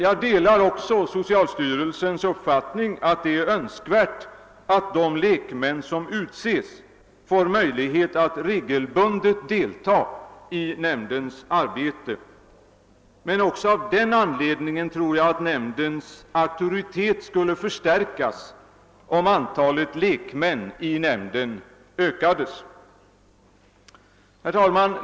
Jag delar också socialstyrelsens uppfattning att det är önskvärt att de lekmän som utses får möjlighet att regelbundet delta i nämndens arbete. Men också av den anledningen tror jag att nämndens auktoritet skulle förstärkas, om antalet lekmän utökades. Herr talman!